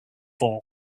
war